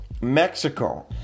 mexico